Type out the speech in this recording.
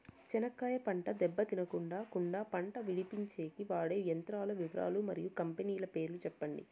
చెనక్కాయ పంట దెబ్బ తినకుండా కుండా పంట విడిపించేకి వాడే యంత్రాల వివరాలు మరియు కంపెనీల పేర్లు చెప్పండి?